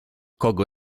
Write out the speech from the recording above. kogo